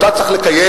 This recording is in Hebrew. אותה צריך לקיים,